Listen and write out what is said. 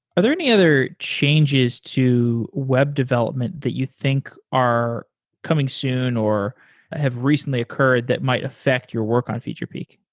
are there any other changes to web development that you think are coming soon or have recently occurred that might affect your work on featurepeek?